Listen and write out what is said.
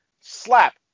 Slap